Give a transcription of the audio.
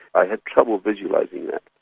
i have trouble visualising that.